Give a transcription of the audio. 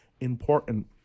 important